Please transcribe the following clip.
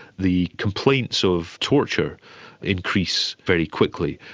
the complaints of torture increase very quickly,